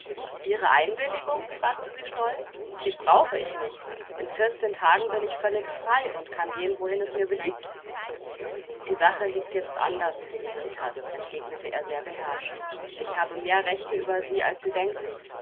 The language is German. ihre einwilligung fragte sie stolz die brauche ich nicht in vierzehn tagen bin ich völlig frei und kann gehen wohin es mir beliebt die sache liegt jetzt anders felicitas entgegnete er sehr beherrscht ich habe mehr rechte über sie als sie denken